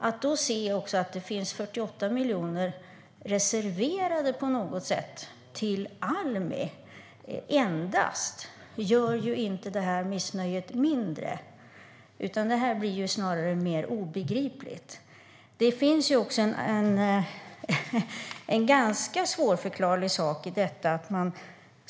Att då se att det finns 48 miljoner på något sätt reserverade till endast Almi gör inte missnöjet mindre, utan det hela blir snarare mer obegripligt. Det finns något som är ganska svårförklarligt.